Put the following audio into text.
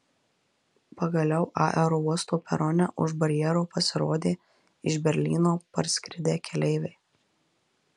pagaliau aerouosto perone už barjero pasirodė iš berlyno parskridę keleiviai